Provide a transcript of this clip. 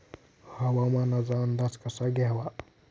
हवामानाचा अंदाज कसा घ्यावा?